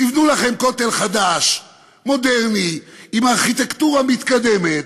תבנו לכם כותל חדש, מודרני, עם ארכיטקטורה מתקדמת,